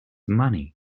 money